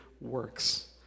works